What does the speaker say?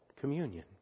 communion